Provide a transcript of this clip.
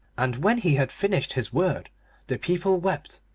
and when he had finished his word the people wept,